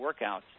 workouts